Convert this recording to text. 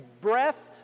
breath